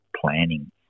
planning